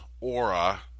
aura